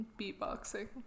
Beatboxing